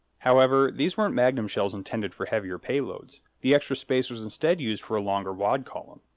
however, these weren't magnum shells intended for heavier payloads the extra space was instead used for a longer wad column.